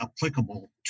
applicable